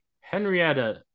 Henrietta